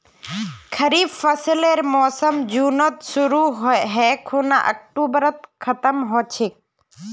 खरीफ फसलेर मोसम जुनत शुरु है खूना अक्टूबरत खत्म ह छेक